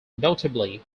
notably